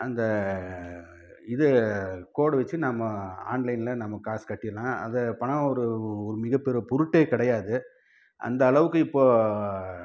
அந்த இது கோடு வச்சு நம்ம ஆன்லைனில் நம்ம காசு கட்டிரலாம் அது பணம் ஒரு ஒரு மிக பெரு பொருட்டே கிடையாது அந்த அளவுக்கு இப்போது